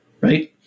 Right